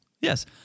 Yes